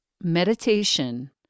meditation